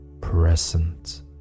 present